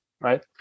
right